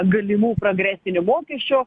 galimų progresinių mokesčių